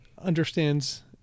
understands